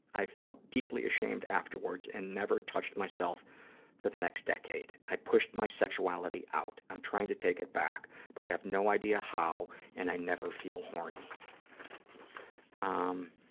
i felt deeply ashamed afterwards and never touched myself for the next decade. i pushed my sexuality out. i'm trying to take it back, but i have no idea how and i never feel horny. um